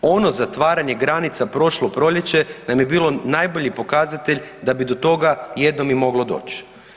Ono zatvaranje granica prošlo proljeće nam je bilo najbolji pokazatelj da bi do toga jednom moglo i doći.